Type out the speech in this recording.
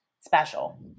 special